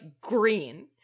green